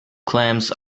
clams